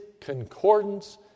concordance